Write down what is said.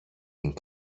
την